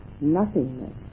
nothingness